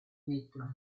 metro